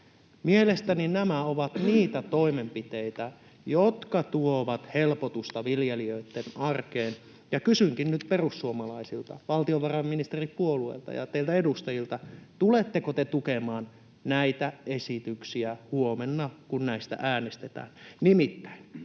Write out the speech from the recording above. Mielestäni nämä ovat niitä toimenpiteitä, jotka tuovat helpotusta viljelijöitten arkeen, ja kysynkin nyt perussuomalaisilta, valtiovarainministeripuolueelta ja teiltä edustajilta: tuletteko te tukemaan näitä esityksiä huomenna, kun näistä äänestetään?